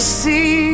see